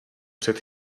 před